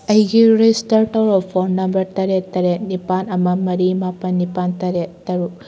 ꯑꯩꯒꯤ ꯔꯦꯖꯤꯁꯇꯔ ꯇꯧꯔꯕ phone number ꯇꯔꯦꯠ ꯇꯔꯦꯠ ꯅꯤꯄꯥꯥꯜ ꯑꯃ ꯃꯔꯤ ꯃꯥꯄꯜ ꯅꯤꯄꯥꯜ ꯇꯔꯦꯠ ꯇꯔꯨꯛ